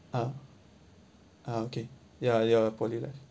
uh uh okay ya your poly life